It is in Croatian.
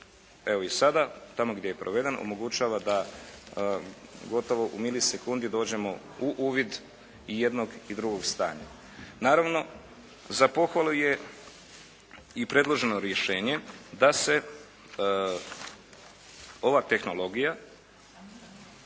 evo i sada tamo gdje je proveden omogućava da gotovo u mili sekundi dođemo u uvid i jednog i drugog stanja. Naravno, za pohvalu je i predloženo rješenje da se ova tehnologija